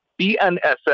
BNSF